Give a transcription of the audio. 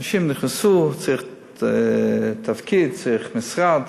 אנשים נכנסו, צריך תפקיד, צריך משרד,